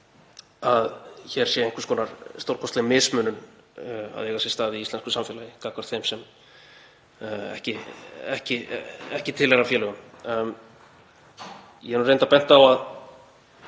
að hér sé einhvers konar stórkostleg mismunun að eiga sér stað í íslensku samfélagi gagnvart þeim sem ekki tilheyra félögunum. Ég hef reyndar bent á að